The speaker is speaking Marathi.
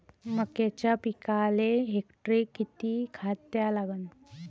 मक्याच्या पिकाले हेक्टरी किती खात द्या लागन?